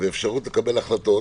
ואפשרות לקבל החלטות,